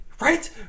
right